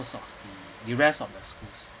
most of the the rest of the schools